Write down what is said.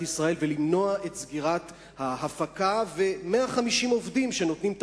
ישראל ולמנוע את סגירת ההפקה ו-150 העובדים שנותנים את